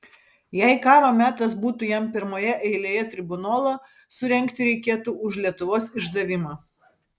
jei karo metas būtų jam pirmoje eilėje tribunolą surengti reikėtų už lietuvos išdavimą